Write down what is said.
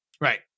right